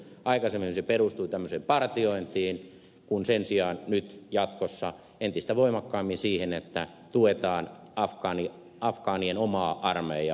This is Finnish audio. aikaisemmin se perustui tämmöiseen partiointiin kun sen sijaan nyt jatkossa se perustuu entistä voimakkaammin siihen että tuetaan afgaanien omaa armeijaa